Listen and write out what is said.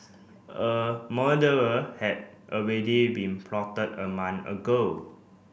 a murderer had already been plotted a month ago